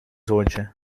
zoontje